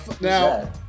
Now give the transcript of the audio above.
now